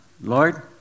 Lord